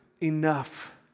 enough